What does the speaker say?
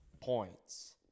points